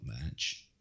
match